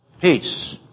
Peace